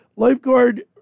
Lifeguard